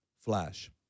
Flash